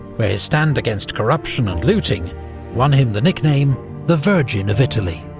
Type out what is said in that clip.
where his stand against corruption and looting won him the nickname the virgin of italy.